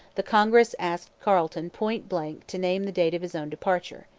the congress asked carleton point-blank to name the date of his own departure.